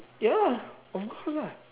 ya of course lah